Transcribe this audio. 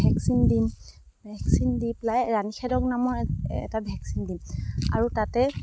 vaccine দিম vaccine দি পেলাই ৰাণীখেদক নামৰ এটা ভেকচিন দিম আৰু তাতে